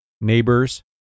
neighbors